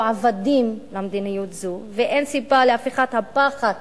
עבדים למדיניות זו ואין סיבה להפיכת הפחד